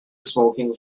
smoking